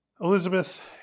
elizabeth